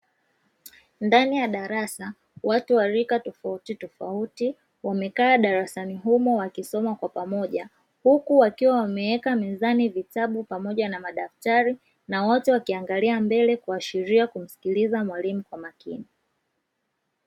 Ndani ya darasa watu wa rika tofautitofauti wamekaa darasani humo wakisoma kwa pamoja, huku wakiwa wameweka mezani vitabu pamoja na madaftari, na wote wakiangalia mbele kuashiria kumsikiliza mwalimu kwa makini.